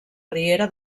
riera